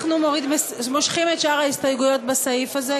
אנחנו מושכים את שאר ההסתייגויות בסעיף הזה,